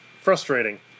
Frustrating